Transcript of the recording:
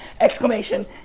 exclamation